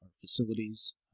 facilities